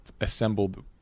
assembled